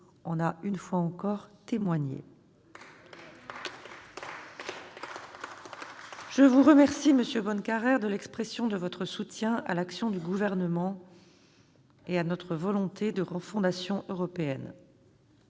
en a une fois encore témoigné. Je vous remercie, monsieur Bonnecarrère, de l'expression de votre soutien à l'action du Gouvernement et à notre volonté de refondation européenne.